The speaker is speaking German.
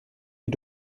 die